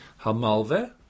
Hamalve